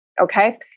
okay